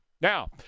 Now